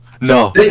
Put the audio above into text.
No